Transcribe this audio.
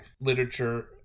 literature